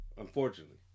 unfortunately